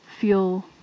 feel